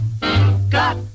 Got